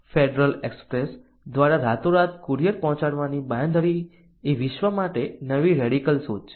federal Express દ્વારા રાતોરાત courier પહોંચાડવાની બાંયધરી એ વિશ્વ માટે નવી રેડીકલ શોધ છે